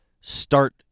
start